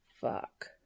Fuck